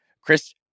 Chris